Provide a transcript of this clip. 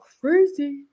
crazy